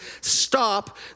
stop